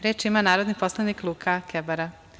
Reč ima narodni poslanik Luka Kebara.